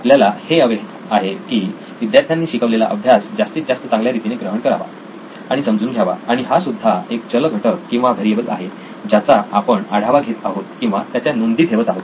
आपल्याला हे हवे आहे की विद्यार्थ्यांनी शिकवलेला अभ्यास जास्तीत जास्त चांगल्या रीतीने ग्रहण करावा आणि समजावून घ्यावा आणि हा सुद्धा एक चलघटक किंवा व्हेरिएबल आहे ज्याचा आपण आढावा घेत आहोत किंवा त्याच्या नोंदी ठेवत आहोत